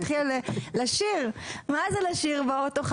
התחילה לשיר באוטו.